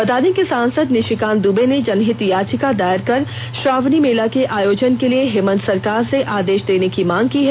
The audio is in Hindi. मालूम हो कि सांसद निशिकांत दुबे ने जनहित याचिका दायर कर श्रावणी मेला के आयोजन के लिए हेमंत सरकार से आदेश देने की मांग की है